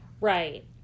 Right